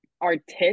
artist